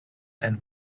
and